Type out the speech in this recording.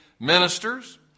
Ministers